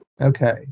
Okay